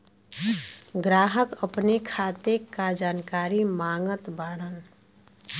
ग्राहक अपने खाते का जानकारी मागत बाणन?